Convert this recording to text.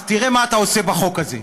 אז תראה מה אתה עושה בחוק הזה.